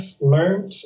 learned